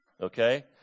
Okay